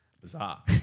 bizarre